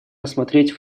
рассмотреть